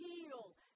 heal